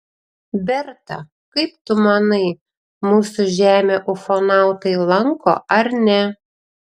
berta kaip tu manai mūsų žemę ufonautai lanko ar ne